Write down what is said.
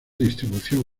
distribución